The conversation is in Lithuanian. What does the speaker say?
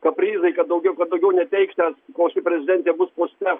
kaprizai kad daugiau daugiau neteiksiąs kol ši prezidentė bus poste